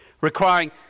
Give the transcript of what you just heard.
requiring